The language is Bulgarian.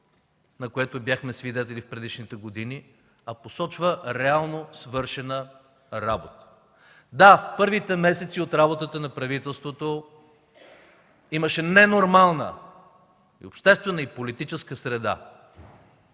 на каквото бяхме свидетели в предишните години, а посочва реално свършена работа. Да, първите месеци от работата на правителството имаше ненормална обществена и политическа среда.